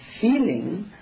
feeling